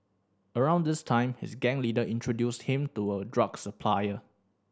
around this time his gang leader introduced him to a drug supplier